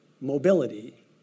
mobility